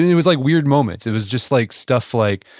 it was like weird moments. it was just like stuff like,